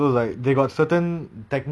ya then my second wish